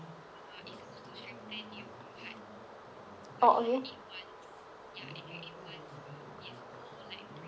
oh okay